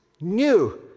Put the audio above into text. new